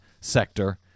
sector